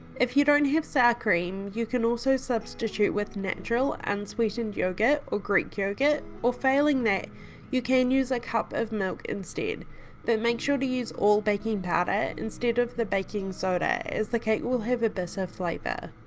if you don't have sour cream you can also substitute with natural unsweetened yoghurt or greek yoghurt or failing that you can use a cup of milk instead but make sure to use all baking powder instead of the baking soda as the cake will will have a bitter flavour.